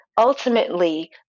Ultimately